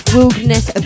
Wilderness